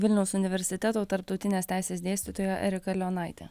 vilniaus universiteto tarptautinės teisės dėstytoja erika leonaitė